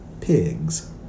pigs